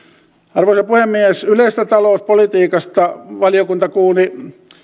arvoisa puhemies yleisestä talouspolitiikasta valiokunta kuuli